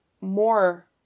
more